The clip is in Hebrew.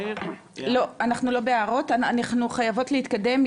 אנחנו לא בהערות, אנחנו חייבות להתקדם.